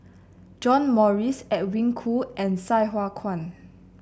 John Morrice Edwin Koo and Sai Hua Kuan